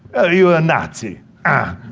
are you a nazi? ah!